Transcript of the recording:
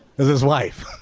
is his life